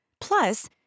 Plus